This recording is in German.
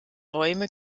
räume